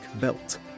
belt